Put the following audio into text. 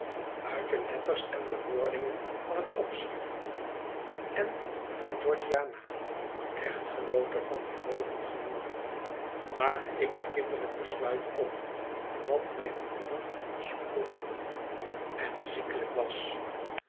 uit de letters en de bewoordingen van het opschrift en van georgiana echtgenoote van hierboven genoemden maakte ik het kinderlijk besluit op dat mijne moeder sproeten had en ziekelijk was